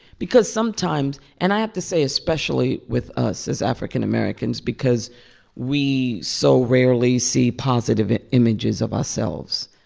because sometimes and i have to say especially with us as african-americans because we so rarely see positive images of ourselves.